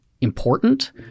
important